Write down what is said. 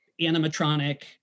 animatronic